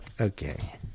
okay